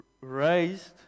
raised